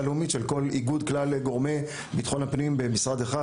לאומית של כל איגוד כלל גורמי ביטחון הפנים במשרד אחד,